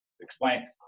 explain